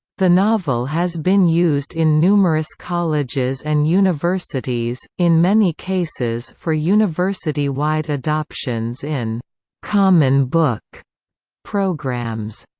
the novel has been used in numerous colleges and universities, in many cases for university-wide adoptions in common-book programs.